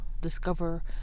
discover